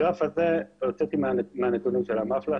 את הגרף הזה הוצאתי מהנתונים של המפל"ס.